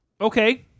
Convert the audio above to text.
Okay